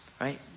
right